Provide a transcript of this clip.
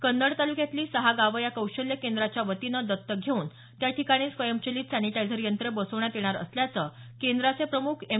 कन्नड तालुक्यातली सहा गावं या कौशल्य केंद्राच्या वतीनं दत्तक घेऊन त्याठिकाणी स्वयंचलित सॅनिटायझर यंत्र बसवण्यात येणार असल्याचं केंद्राचे प्रम्ख एम